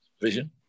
Vision